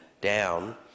down